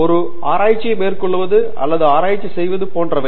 ஒரு ஆராய்ச்சியை மேற்கொள்வது அல்லது ஆராய்ச்சி செய்வது போன்றவை